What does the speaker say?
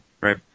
right